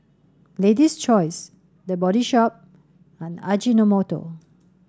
Lady's Choice The Body Shop and Ajinomoto